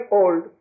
old